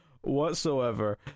whatsoever